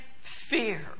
fear